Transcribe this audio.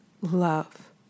love